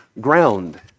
ground